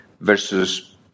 versus